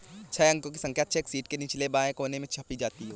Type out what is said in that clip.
छह अंकों की संख्या चेक शीट के निचले बाएं कोने में छपी होती है